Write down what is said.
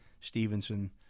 Stevenson